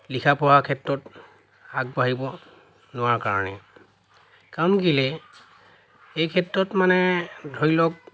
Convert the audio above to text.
লিখা পঢ়াৰ ক্ষেত্ৰত আগবাঢ়িব নোৱাৰাৰ কাৰণে কাৰণ কেলৈ এই ক্ষেত্ৰত মানে ধৰি লওক